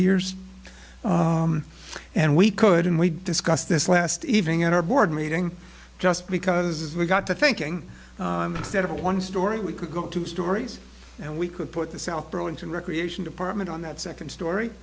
years and we could and we discussed this last evening at our board meeting just because we got to thinking instead of one story we could go two stories and we could put the south burlington recreation department on that second story